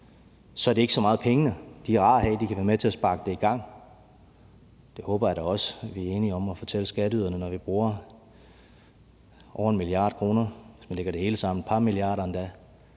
aftale – ikke så meget pengene. De er rare at have, og de kan være med til at sparke det i gang; det håber jeg da også vi er enige om at fortælle skatteyderne. Når vi bruger over 1 mia. kr., og hvis man lægger det hele sammen, er det et par milliarder endda,